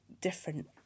different